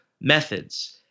methods